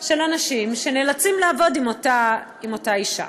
של אנשים שנאלצים לעבוד עם אותה אישה.